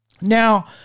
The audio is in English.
Now